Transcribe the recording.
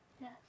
Yes